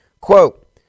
Quote